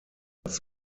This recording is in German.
das